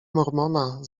mormona